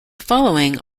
following